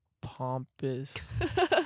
pompous